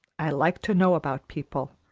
i like to know about people.